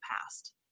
past